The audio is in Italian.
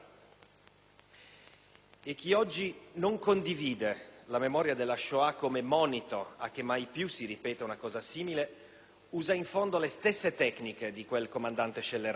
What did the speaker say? Chi oggi non condivide la memoria della Shoah come monito a che mai più si ripeta una cosa simile usa in fondo le stesse tecniche di quel comandante scellerato: